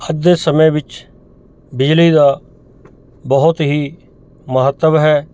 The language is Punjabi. ਅੱਜ ਦੇ ਸਮੇਂ ਵਿੱਚ ਬਿਜਲੀ ਦਾ ਬਹੁਤ ਹੀ ਮਹੱਤਵ ਹੈ